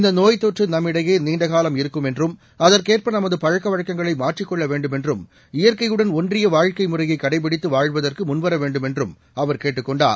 இந்த நோய்த்தொற்று நம்மிடையே நீண்டகாலம் இருக்கும் என்றும் அதற்கேற்ப நமது பழக்கவழக்கங்களை மாற்றிக் கொள்ள வேன்டுமென்றும் இயற்கையுடன் ஒன்றிய வாழ்க்கை முறையை கடைபிடித்து வாழ்வதற்கு முன்வர வேண்டுமென்றும் அவர் கேட்டுக் கொண்டார்